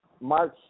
March